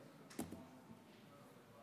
נעבור